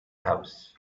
house